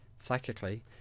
psychically